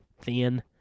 thin